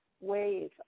wave